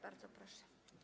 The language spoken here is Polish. Bardzo proszę.